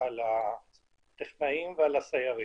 הטכנאים והסיירים.